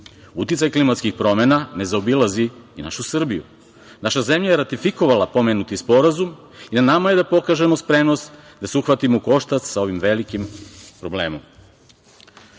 klimatskih promena ne zaobilazi ni našu Srbiju. Naša zemlja je ratifikovala pomenuti sporazum i na nama je da pokažemo spremnost da se uhvatimo u koštac sa ovim velikim problemom. Kao